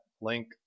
link